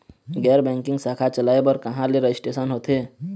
गैर बैंकिंग शाखा चलाए बर कहां ले रजिस्ट्रेशन होथे?